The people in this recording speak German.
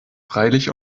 freilich